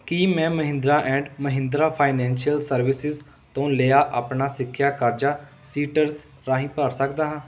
ਕੀ ਮੈਂ Mahindra and Mahindra financial services ਤੋਂ ਲਿਆ ਆਪਣਾ ਸਿੱਖਿਆ ਕਰਜ਼ਾ ਸੀਟਰਸ ਰਾਹੀਂ ਭਰ ਸਕਦਾ ਹਾਂ